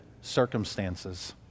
circumstances